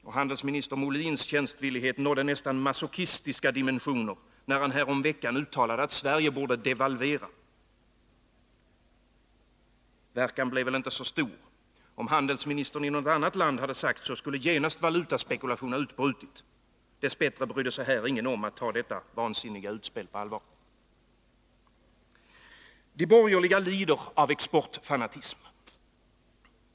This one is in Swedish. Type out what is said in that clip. Och handelsminister Molins tjänstvillighet nådde nästan masochistiska dimensioner när han häromveckan uttalade att Sverige borde devalvera. Verkan blev inte så stor. Om handelsministern i något annat land sagt så, skulle genast valutaspekulation ha utbrutit. Dess bättre brydde sig här ingen om att ta detta vansinniga utspel på allvar. De borgerliga lider av exportfanatism.